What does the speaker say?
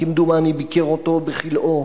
כמדומני ביקר אותו בכלאו.